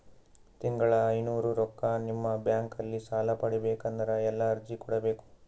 ತಿಂಗಳ ಐನೂರು ರೊಕ್ಕ ನಿಮ್ಮ ಬ್ಯಾಂಕ್ ಅಲ್ಲಿ ಸಾಲ ಪಡಿಬೇಕಂದರ ಎಲ್ಲ ಅರ್ಜಿ ಕೊಡಬೇಕು?